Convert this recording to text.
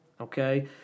Okay